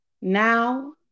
Now